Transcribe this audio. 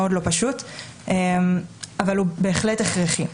מאוד לא פשוט אבל הוא בהחלט הכרחי.